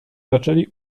zaczęli